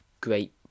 great